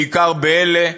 בעיקר באלה,